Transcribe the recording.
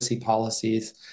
policies